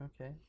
Okay